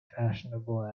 fashionable